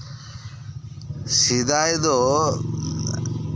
ᱥᱮᱫᱟᱭ ᱫᱚ